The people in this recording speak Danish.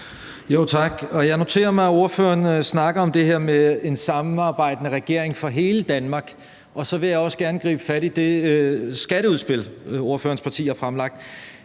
Jeg noterer mig, at ordføreren snakker om det her med en samarbejdende regering for hele Danmark, og så vil jeg også gerne gribe fat i det skatteudspil, ordførerens parti har fremlagt.